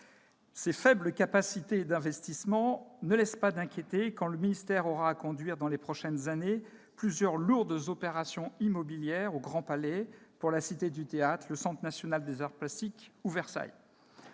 Ces faibles capacités d'investissement ne laissent pas d'inquiéter alors que ce ministère aura à conduire, dans les prochaines années, plusieurs lourdes opérations immobilières autour du Grand Palais, de la Cité du théâtre, du Centre national des arts plastiques ou du château